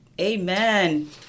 Amen